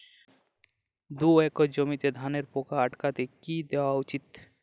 দুই একর জমিতে ধানের পোকা আটকাতে কি দেওয়া উচিৎ?